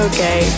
Okay